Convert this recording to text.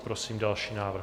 Prosím další návrh.